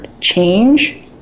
change